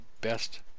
best